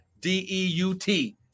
D-E-U-T